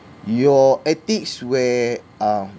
your ethics where uh